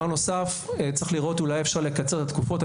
נוסף, צריך לראות אולי אפשר לקצר תקופות.